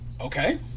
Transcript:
Okay